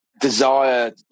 desire